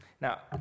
Now